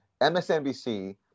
MSNBC